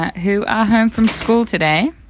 who are home from school today.